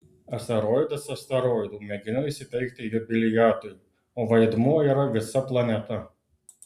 asteroidas asteroidu mėginu įsiteikti jubiliatui o vaidmuo yra visa planeta